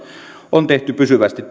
on tehty pysyvästi